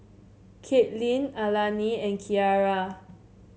Katelynn Alani and Kiara